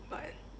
but